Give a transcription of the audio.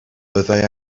byddai